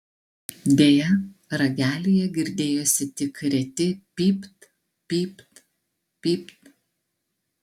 deja ragelyje girdėjosi tik reti pypt pypt pypt